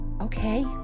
Okay